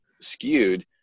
skewed